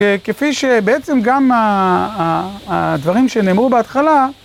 כפי שבעצם גם הדברים שנאמרו בהתחלה,